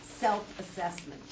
self-assessment